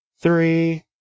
three